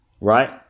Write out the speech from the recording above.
Right